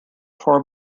poor